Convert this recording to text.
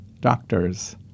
doctors